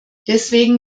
deswegen